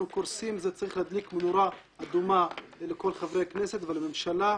אנחנו קורסים וזה צריך להדליק נורה אדומה אצל כל חברי הכנסת והממשלה.